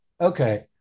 Okay